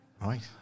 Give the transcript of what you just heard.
Right